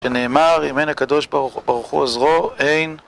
שנאמר, אם אין הקדוש ברוך הוא עוזרו, אין...